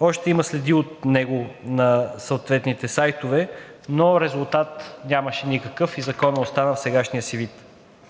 още има следи от него на съответните сайтове, но резултат нямаше никакъв и Законът остана в сегашния си вид.